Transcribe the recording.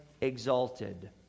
exalted